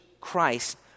Christ